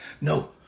no